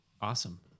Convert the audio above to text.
awesome